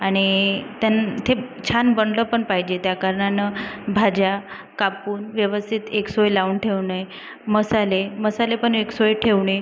आणि त्या ते छान बनलं पण पाहिजे त्याकारणानं भाज्या कापून व्यवस्थित एकसोय लावून ठेवणे मसाले मसाले पण एकसोयीत ठेवणे